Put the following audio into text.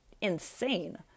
insane